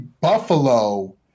Buffalo –